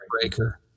breaker